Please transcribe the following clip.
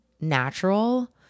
natural